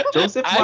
Joseph